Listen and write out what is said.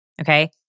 Okay